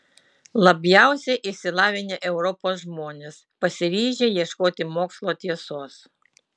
labiausiai išsilavinę europos žmonės pasiryžę ieškoti mokslo tiesos